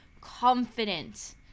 confident